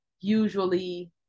usually